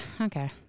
okay